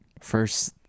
first